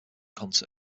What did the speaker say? concert